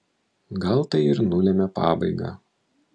gal tai ir nulemia pabaigą